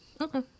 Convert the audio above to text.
Okay